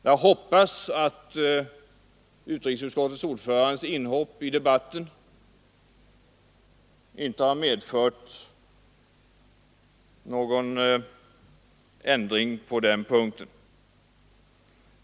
Jag hoppas att utrikesutskottets ordförandes inhopp i debatten inte har medfört någon ändring på den punkten.